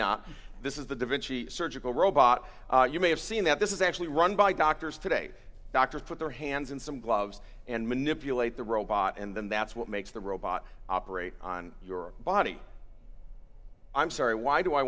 not this is the da vinci surgical robot you may have seen that this is actually run by doctors today doctors put their hands in some gloves and manipulate the robot and then that's what makes the robot operate on your body i'm sorry why do i